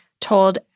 told